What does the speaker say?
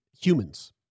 humans